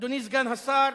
אדוני סגן השר,